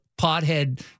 pothead